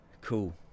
cool